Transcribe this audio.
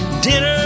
Dinner